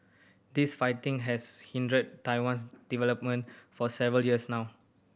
this fighting has hindered Taiwan's development for several years now